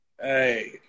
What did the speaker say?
Hey